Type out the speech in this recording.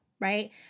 right